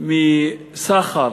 מסחר